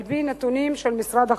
על-פי נתונים של משרד החוץ.